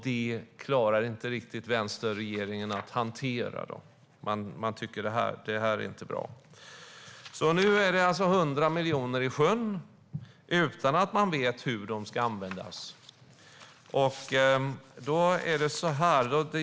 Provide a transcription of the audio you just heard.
Det klarar inte riktigt vänsterregeringen av att hantera. Man tycker att det här inte är bra. Nu är det alltså 100 miljoner i sjön, och man vet inte hur de ska användas.